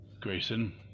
Grayson